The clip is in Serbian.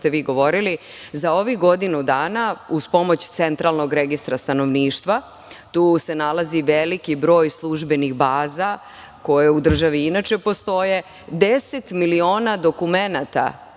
Za ovih godinu dana, uz pomoć Centralnog registra stanovništva, tu se nalazi veliki broj službenih baza koje u državi inače postoje, deset miliona dokumenata